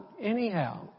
Anyhow